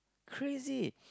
crazy